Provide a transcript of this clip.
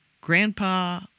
grandpa